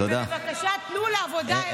בבקשה תנו לעבודה מועדפת ערך.